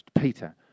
Peter